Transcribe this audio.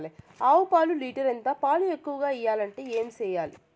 ఆవు పాలు లీటర్ ఎంత? పాలు ఎక్కువగా ఇయ్యాలంటే ఏం చేయాలి?